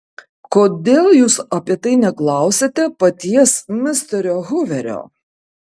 kodėl jūs apie tai neklausiate paties misterio huverio